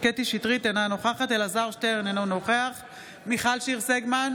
אינה נוכחת אלעזר שטרן, אינו נוכח מיכל שיר סגמן,